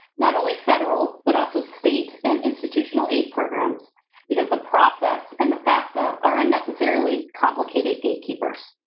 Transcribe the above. not only federal, but also state and institutional aid programs because the process and the fafsa are unnecessarily complicated gatekeepers.